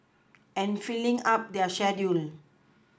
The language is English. and filling up their schedule